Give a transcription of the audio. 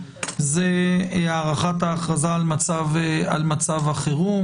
הוא הארכת ההכרזה על מצב החירום.